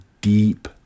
deep